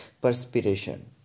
perspiration